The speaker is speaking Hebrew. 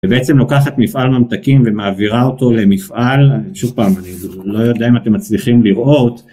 ובעצם לוקחת מפעל ממתקים ומעבירה אותו למפעל, שוב פעם, אני לא יודע אם אתם מצליחים לראות